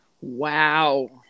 Wow